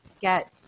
get